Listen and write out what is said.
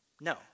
No